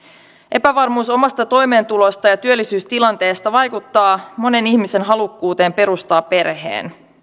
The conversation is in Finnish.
epävarmuus omasta toimeentulosta ja työllisyystilanteesta vaikuttaa monen ihmisen halukkuuteen perustaa perhe